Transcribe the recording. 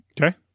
Okay